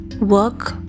work